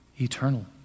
eternal